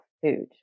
food